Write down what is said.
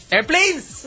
Airplanes